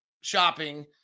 shopping